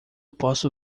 posso